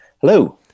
Hello